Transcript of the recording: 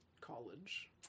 college